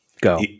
go